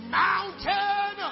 mountain